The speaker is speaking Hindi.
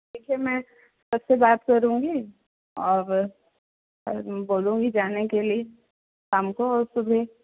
ठीक है मैं सब से बात करूँगी और बोलूँगी जाने के लिए शाम को और सुबह